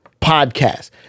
podcast